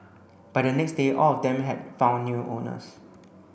by the next day all of them had found new owners